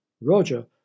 Roger